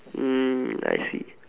mm I see